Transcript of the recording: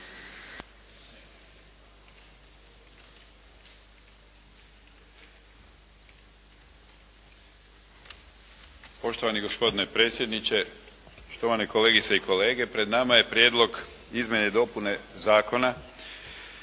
Poštovani gospodine predsjedniče, štovane kolegice i kolege. Pred nama je Prijedlog izmjene i dopune Zakona